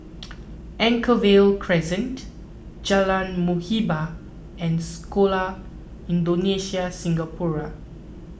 Anchorvale Crescent Jalan Muhibbah and Sekolah Indonesia Singapura